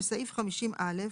בסעיף 50א,